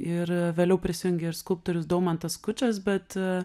ir vėliau prisijungė ir skulptorius daumantas kučas bet